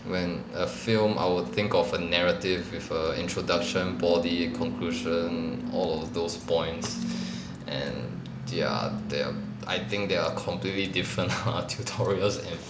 when a film I will think of a narrative with a introduction body conclusion all of those points and their they are I think they're completely different ah tutorials and